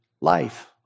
life